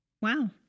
Wow